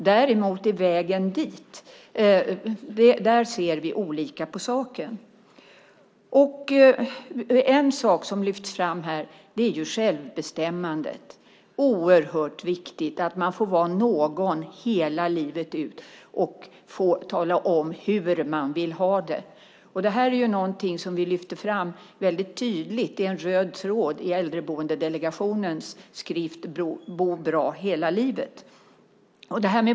Däremot när det handlar om vägen dit ser vi olika på saken. En sak som har lyfts fram här är självbestämmande. Det är oerhört viktigt att man får vara någon hela livet ut och få tala om hur man vill ha det. Det är något som vi lyfte fram väldigt tydligt som en röd tråd i Äldreboendedelegationens skrift Bo bra hela livet .